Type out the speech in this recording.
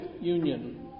union